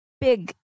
big